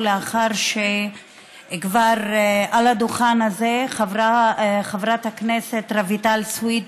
לאחר שעל הדוכן הזה חברת הכנסת רויטל סויד